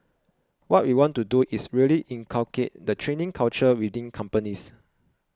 what we want to do is really inculcate the training culture within companies